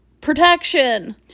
protection